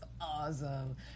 awesome